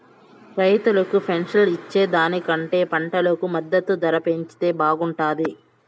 రైతులకు పెన్షన్ ఇచ్చే దానికంటే పంటకు మద్దతు ధర పెంచితే బాగుంటాది